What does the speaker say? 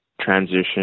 transition